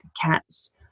cats